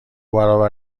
برابر